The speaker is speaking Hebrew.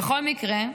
בכל מקרה,